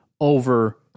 over